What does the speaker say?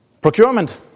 Procurement